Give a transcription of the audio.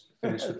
finish